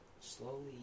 slowly